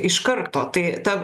iš karto tai ta